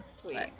Sweet